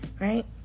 Right